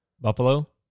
Buffalo